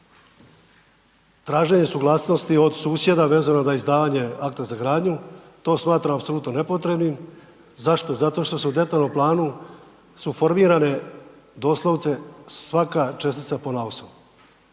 traženje suglasnosti od susjeda vezano za izdavanje akta za gradnju, to smatram apsolutno nepotrebnim. Zašto? Zato što se u detaljnom planu, su formirane doslovce svaka čestica ponaosob.